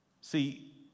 See